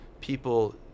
people